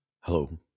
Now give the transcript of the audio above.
Hello